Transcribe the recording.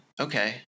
okay